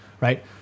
right